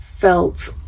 felt